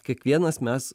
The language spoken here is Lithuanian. kiekvienas mes